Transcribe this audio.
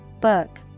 book